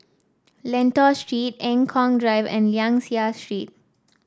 Lentor Street Eng Kong Drive and Liang Seah Street